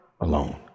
alone